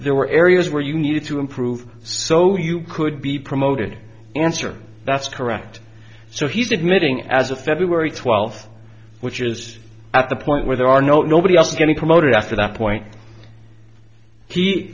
there were areas where you needed to improve so you could be promoted answer that's correct so he's admitting as of february twelfth which is at the point where there are no nobody else getting promoted after that point he